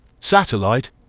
satellite